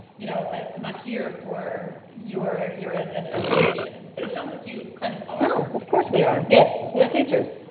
you know i'm not here for your ah your and and education. but it sounds like kind of are. no, of course we are. yeah. we're teachers,